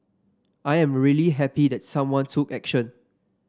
I am really happy that someone took action